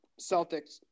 Celtics